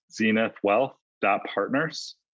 zenithwealth.partners